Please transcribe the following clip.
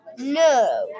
No